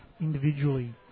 individually